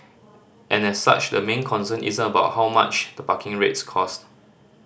and as such the main concern isn't about how much the parking rates cost